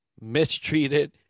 mistreated